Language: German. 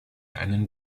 einen